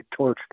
torched